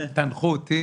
תנחו אותי.